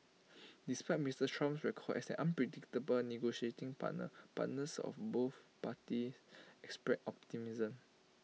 despite Mister Trump's record as an unpredictable negotiating partner partners of both parties expressed optimism